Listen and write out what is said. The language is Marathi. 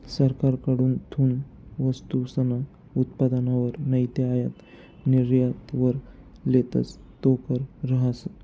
सरकारकडथून वस्तूसना उत्पादनवर नैते आयात निर्यातवर लेतस तो कर रहास